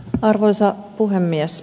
arvoisa puhemies